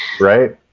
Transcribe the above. Right